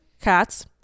cats